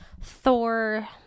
thor